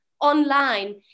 online